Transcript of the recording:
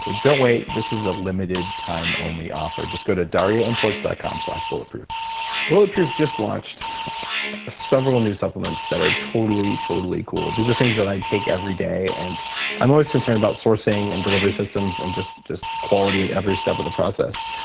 ah don't wait, this is a limited time only offer. just go to dariaimports dot com bulletproof bulletproof just launched several new supplements that are totally totally cool. these are things that i take everyday and i'm always concerned about sourcing and delivery systems and just just quality at every step of the process.